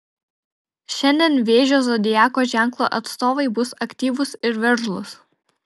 šiandien vėžio zodiako ženklo atstovai bus aktyvūs ir veržlūs